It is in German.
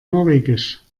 norwegisch